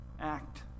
act